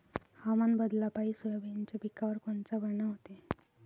हवामान बदलापायी सोयाबीनच्या पिकावर कोनचा परिणाम होते?